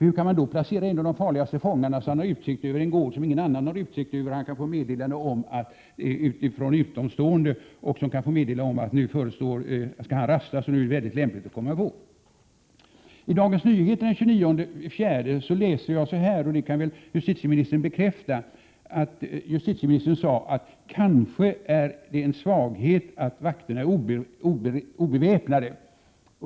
Hur kan man annars placera en av de farligaste fångarna så att han har utsikt över en gård, som ingen annan har utsikt över, och kan få ut ett meddelande till en utomstående om att han skall rastas och att det är lämpligt med ett fritagningsförsök. I Dagens Nyheter den 30 april i år står det — det kanske justitieministern kan bekräfta — att justitieministern menar att det ”kanske är en svaghet att vakterna är obeväpnade”.